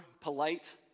polite